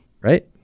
Right